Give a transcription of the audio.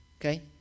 Okay